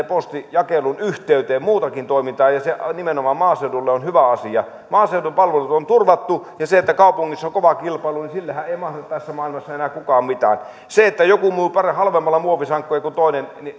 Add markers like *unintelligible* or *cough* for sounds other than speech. *unintelligible* postinjakelun yhteyteen myös muutakin toimintaa ja se nimenomaan maaseudulle on hyvä asia maaseudun palvelut on turvattu ja sille että kaupungissa on kova kilpailu ei mahda tässä maailmassa enää kukaan mitään onko se kenenkään vika että joku myy halvemmalla muovisankoja kuin toinen